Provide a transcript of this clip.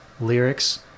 lyrics